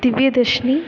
Divyadharshini